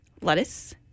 lettuce